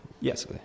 Yes